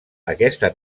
aquesta